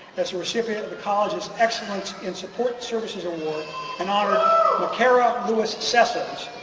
as a recipient of the college's excellence in support services award an honor carol lewis sessoms,